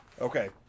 Okay